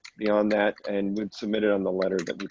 beyond that, and would submit it on the letter that